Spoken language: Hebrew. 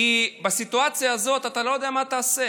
כי בסיטואציה הזאת אתה לא יודע מה תעשה.